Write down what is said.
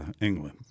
England